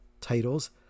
titles